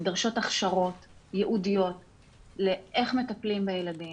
נדרשות הכשרות ייעודיות איך מטפלים בילדים,